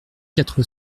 quatre